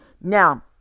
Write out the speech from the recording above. Now